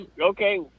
okay